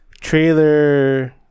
Trailer